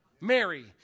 Mary